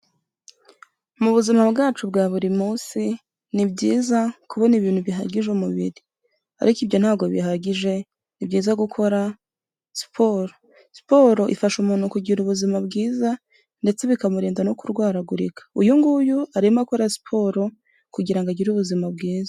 Mu buzima bwacu bwa buri munsi ni byiza kubona ibintu bihagije umubiri, ariko ibyo ntabwo bihagije, ni byiza gukora siporo. Siporo ifasha umuntu kugira ubuzima bwiza ndetse bikamurinda no kurwaragurika, uyu nguyu arimo akora siporo kugira ngo agire ubuzima bwiza.